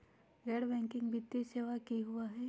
गैर बैकिंग वित्तीय सेवा की होअ हई?